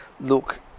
look